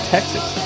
Texas